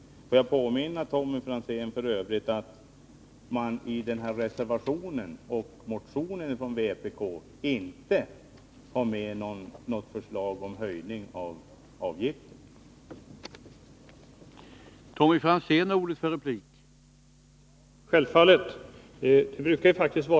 Låt mig i övrigt påminna Tommy Franzén om att man i motionen och reservationen från vpk inte har något förslag om höjning av avgiften.